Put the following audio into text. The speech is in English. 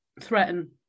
threaten